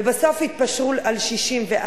ובסוף יתפשרו על 64,